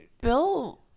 Bill